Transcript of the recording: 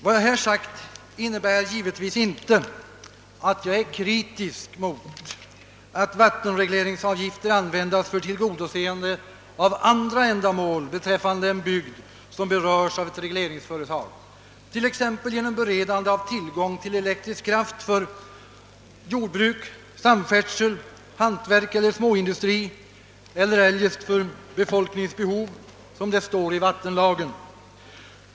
Vad jag här har sagt innebär givetvis inte att jag är kritisk mot att vattenregleringsavgifter används för tillgodoseende av andra ändamål i en bygd som berörs av ett regleringsföretag, t.ex. beredande av tillgång till elektrisk kraft för jordbruk, samfärdsel, hantverk eller småindustri eller eljest för befolkningens behov, som det står i vattenlagen.